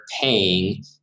paying